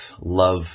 love